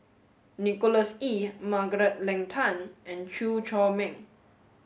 Nicholas Ee Margaret Leng Tan and Chew Chor Meng